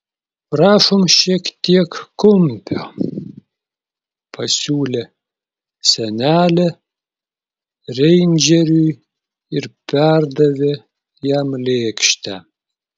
prašom šiek tiek kumpio pasiūlė senelė reindžeriui ir perdavė jam lėkštę